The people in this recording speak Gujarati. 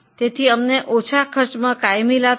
તેથી ઓછા ખર્ચના કાયમી લાભ છે